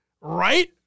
Right